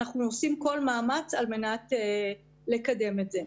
אנחנו עושים כל מאמץ על מנת לקדם את זה.